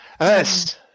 yes